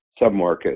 submarket